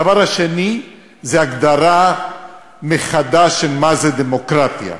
הדבר השני הוא הגדרה מחדש של מה זו דמוקרטיה.